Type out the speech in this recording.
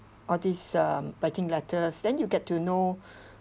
all these um writing letters then you get to know